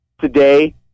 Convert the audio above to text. today